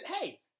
hey